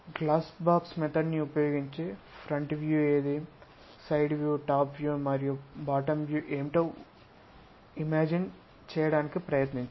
glass box పద్ధతిని ఉపయోగించి front view ఏది సైడ్ వ్యూ టాప్ వ్యూ మరియు బాటమ్ వ్యూ ఏమిటో ఊహించుకోవడానికి ప్రయత్నించండి